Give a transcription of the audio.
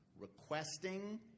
requesting